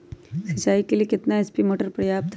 सिंचाई के लिए कितना एच.पी मोटर पर्याप्त है?